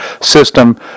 system